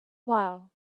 while